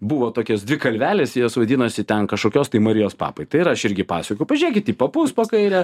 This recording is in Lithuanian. buvo tokios dvi kalvelės jos vadinosi ten kažkokios tai marijos papai tai yra aš irgi pasakoju pažiūrėkit į papus po kaire